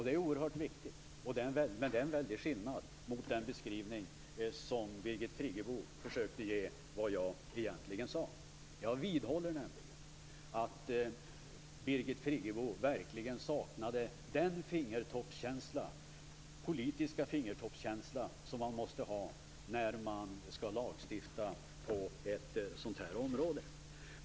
Det är oerhört viktigt, och det är en väldig skillnad mot den beskrivning som Birgit Friggebo gav av vad jag sade. Jag vidhåller att Birgit Friggebo saknade den politiska fingertoppskänsla som behövs vid lagstiftning inom ett sådant område.